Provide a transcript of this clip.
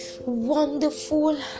wonderful